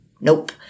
Nope